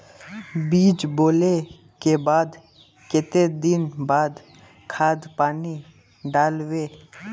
बीज बोले के बाद केते दिन बाद खाद पानी दाल वे?